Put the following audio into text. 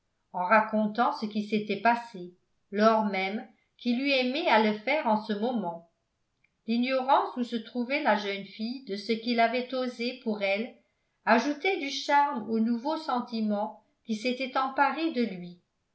en racontant ce qui s'était passé lors même qu'il eût aimé à le faire en ce moment l'ignorance où se trouvait la jeune fille de ce qu'il avait osé pour elle ajoutait du charme au nouveau sentiment qui s'était emparé de lui